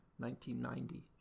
1990